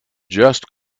just